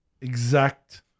exact